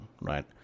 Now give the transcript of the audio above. right